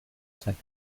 seconds